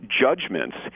judgments